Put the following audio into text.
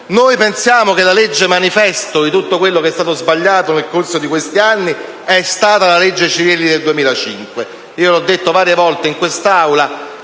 ritengo che la «legge manifesto» di tutto quello che è stato sbagliato nel corso di questi anni sia la legge n. 251 del 2005,